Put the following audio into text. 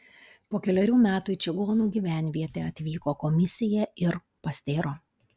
po kelerių metų į čigonų gyvenvietę atvyko komisija ir pastėro